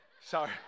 Sorry